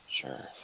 Sure